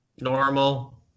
Normal